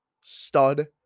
stud